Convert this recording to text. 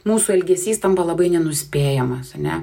mūsų elgesys tampa labai nenuspėjamas ane